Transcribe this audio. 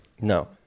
No